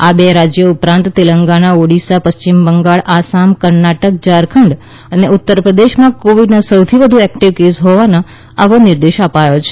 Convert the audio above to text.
આ બે રાજયો ઉપરાંત તેલંગણા ઓડીશા પશ્ચિમ બંગાળ આસામ કર્ણાટક ઝારખંડ અને ઉત્તરપ્રદેશમાં કોવીડ સૌથી વધુ એકટીવ કેસ હોવાથી આવો નિર્દેશ અપાયો છે